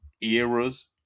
eras